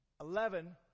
Eleven